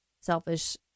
selfish